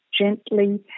gently